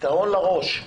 פתרון לראש.